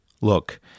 look